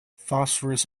phosphorus